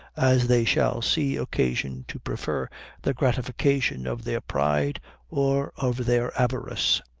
as they shall see occasion to prefer the gratification of their pride or of their avarice.